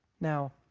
Now